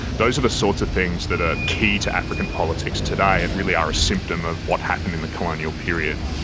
those are the sorts of things that are ah key to african politics today and really are a symptom of what happened in the colonial period.